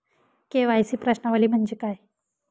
KYC प्रश्नावली म्हणजे काय?